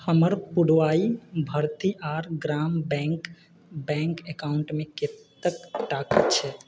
हमर Puduvai Bharathiar Gram bank bank अकाउंटमे कतेक टाका छै